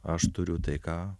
aš turiu tai ką